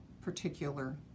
particular